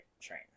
train